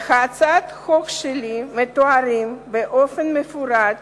בהצעת החוק שלי מתוארים באופן מפורט